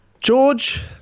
George